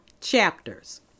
chapters